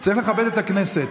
צריך לכבד את הכנסת.